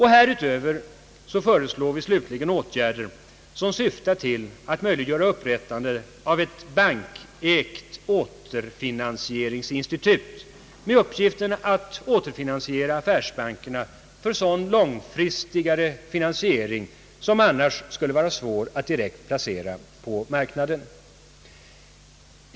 Härutöver föreslår vi slutligen åtgärder som syftar till att möjliggöra upprättande av ett bankägt återfinansieringsinstitut med uppgift att återfinansiera affärsbankerna för sådan långfristigare finansiering, som annars skulle vara svår att direkt placera på marknaden.